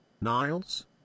Niles